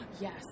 Yes